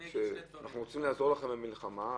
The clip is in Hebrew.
אנחנו רוצים לעזור לכם במלחמה,